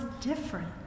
different